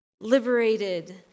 liberated